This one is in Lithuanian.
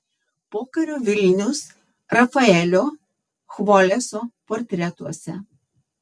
pokario vilnius rafaelio chvoleso portretuose